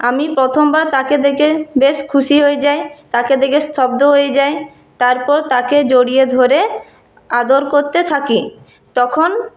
আমি প্রথমবার তাকে দেখে বেশ খুশি হয়ে যাই তাকে দেখে স্তব্ধ হয়ে যাই তারপর তাকে জড়িয়ে ধরে আদর করতে থাকি তখন